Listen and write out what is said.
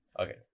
Okay